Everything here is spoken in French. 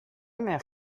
mère